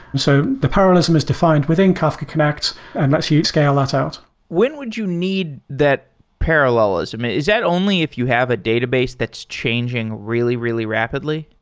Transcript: so the parallelism is defined within kafka connect and lets you scale that out when would you need that parallelism? is that only if you have a database that's changing really, really rapidly?